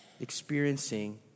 experiencing